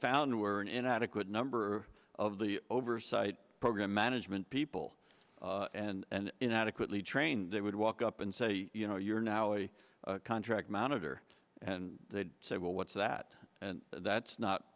found were an inadequate number of the oversight program management people and inadequately trained they would walk up and say you know you're now a contract monitor and they say well what's that and that's